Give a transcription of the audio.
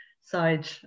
side